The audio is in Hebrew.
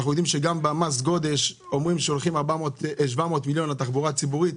אנחנו יודעים שממס הגודש הולכים 700 מיליון לתחבורה ציבורית.